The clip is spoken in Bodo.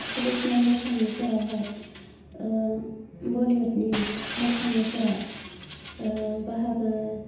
ट्रेडिसनेल मोसानायफोरावहाय बलीयुदनि मोसानायफोरा बाहागो